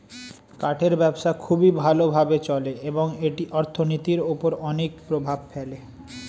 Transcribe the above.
কাঠের ব্যবসা খুবই ভালো ভাবে চলে এবং এটি অর্থনীতির উপর অনেক প্রভাব ফেলে